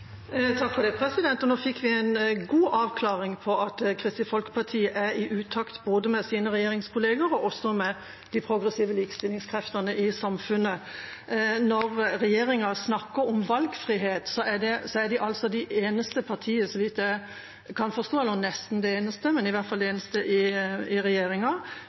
Nå fikk vi en god avklaring på at Kristelig Folkeparti er i utakt både med sine regjeringskolleger og med de progressive likestillingskreftene i samfunnet. Når regjeringa snakker om valgfrihet, er de altså det eneste partiet, så vidt jeg kan forstå, eller nesten det eneste – i hvert fall det eneste i regjeringa